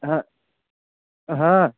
হ্যাঁ হ্যাঁ